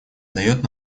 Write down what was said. дает